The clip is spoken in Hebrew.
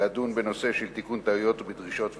לדון בנושא של תיקון טעויות ובדרישות ויתור,